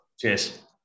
Cheers